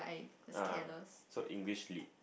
uh so English Lit